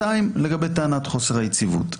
נקודה שנייה היא לגבי טענת חוסר היציבות.